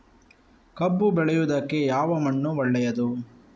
ಕಬ್ಬು ಬೆಳೆಯುವುದಕ್ಕೆ ಯಾವ ಮಣ್ಣು ಒಳ್ಳೆಯದು?